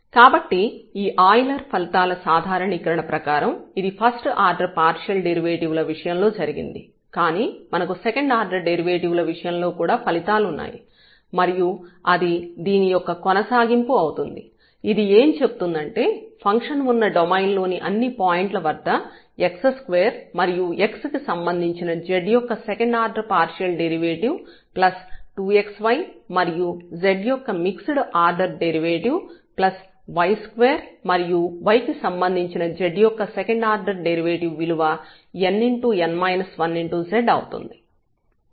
కాబట్టి ఈ ఆయిలర్ ఫలితాల సాధారణీకరణ ప్రకారం ఇది ఫస్ట్ ఆర్డర్ పార్షియల్ డెరివేటివ్ ల విషయంలో జరిగింది కానీ మనకు సెకండ్ ఆర్డర్ డెరివేటివ్ ల విషయంలో కూడా ఫలితాలు ఉన్నాయి మరియు అది దీని యొక్క కొనసాగింపు అవుతుంది ఇది ఏం చెప్తుందంటే ఫంక్షన్ ఉన్న డొమైన్ లోని అన్ని పాయింట్ల వద్ద x2 మరియు x కి సంబంధించిన z యొక్క second order partial derivative plus 2xy మరియు z యొక్క మిక్సిడ్ ఆర్డర్ డెరివేటివ్ ప్లస్ y2మరియు y కి సంబంధించిన z యొక్క సెకండ్ ఆర్డర్ డెరివేటివ్ విలువ nz అవుతుంది